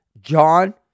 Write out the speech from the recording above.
John